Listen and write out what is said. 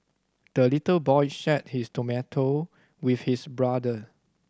the little boy shared his tomato with his brother